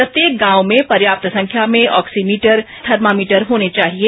प्रत्येक गांव में पर्याप्त संख्या में ऑक्सीमीटर और थर्मामीटर होने चाहिये